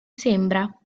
sembra